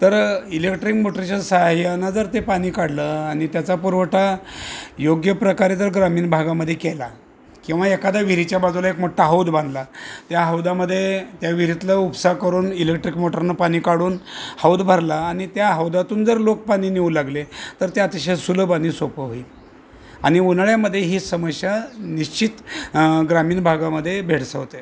तर इलेक्ट्रिक मोटरच्या साहाय्यानं जर ते पाणी काढलं आणि त्याचा पुरवठा योग्य प्रकारे जर ग्रामीण भागामध्ये केला किंवा एखाद्या विहिरीच्या बाजूला एक मोठ्ठा हौद बांधला त्या हौदामध्ये त्या विहिरीतला उपसा करून इलेक्ट्रिक मोटारनं पाणी काढून हौद भरला आणि त्या हौदातून जर लोक पाणी नेऊ लागले तर त्या अतिशय सुलभ आणि सोपं होई आणि उन्हाळ्यामध्ये ही समस्या निश्चित ग्रामीण भागामध्ये भेडसावते